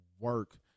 work